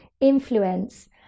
influence